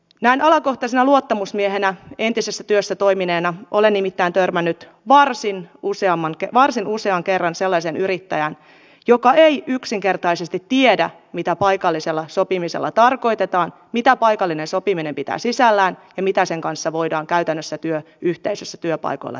näin alakohtaisena luottamusmiehenä entisessä työssä toimineena olen nimittäin törmännyt varsin usean kerran sellaiseen yrittäjään joka ei yksinkertaisesti tiedä mitä paikallisella sopimisella tarkoitetaan mitä paikallinen sopiminen pitää sisällään ja mitä sen kanssa voidaan käytännössä työyhteisössä työpaikoilla tehdä